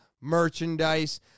merchandise